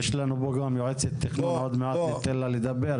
יש לנו פה גם יועצת תכנון שעוד מעט ניתן לה לדבר,